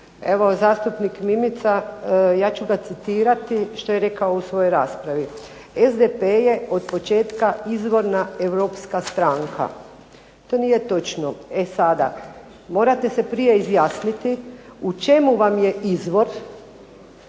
Evo zastupnik Mimica, ja ću ga citirati što je rekao u svojoj raspravi: "SDP je od početka izvorna europska stranka". To nije točno. E sada, morate se prije izjasniti u čemu vam je izvor